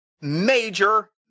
major